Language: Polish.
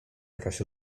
jakaś